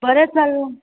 बरें चल